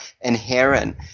inherent